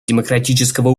демократического